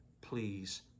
please